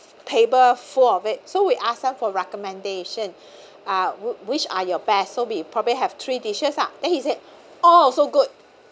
table full of it so we ask them for recommendation uh which are your best so we probably have three dishes ah then he said all also good